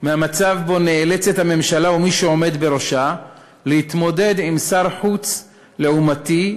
ממצב שבו נאלצים הממשלה ומי שעומד בראשה להתמודד עם שר חוץ לעומתי,